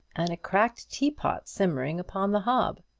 and a cracked teapot simmering upon the hob.